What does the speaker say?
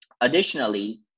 Additionally